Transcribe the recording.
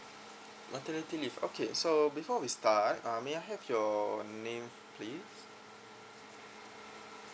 maternity leave okay so before we start uh may I have your name please